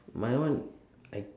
my one I